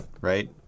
Right